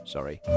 Sorry